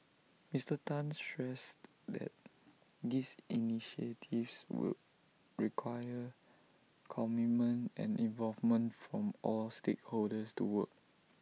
Mister Tan stressed that these initiatives would require commitment and involvement from all stakeholders to work